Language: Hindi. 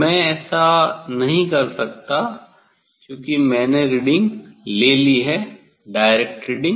मैं ऐसा नहीं कर सकता क्योंकि मैंने रीडिंग ले ली है डायरेक्ट रीडिंग